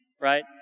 right